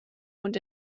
und